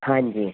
ਹਾਂਜੀ